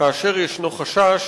כאשר ישנו חשש